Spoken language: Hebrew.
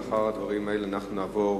לאחר הדברים האלה אנחנו נעבור